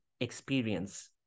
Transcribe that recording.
experience